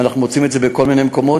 ואנחנו מוצאים את זה בכל מיני מקומות.